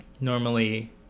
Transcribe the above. normally